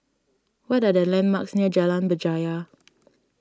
what are the landmarks near Jalan Berjaya